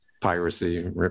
Piracy